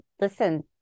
listen